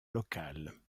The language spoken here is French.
locale